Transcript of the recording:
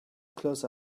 close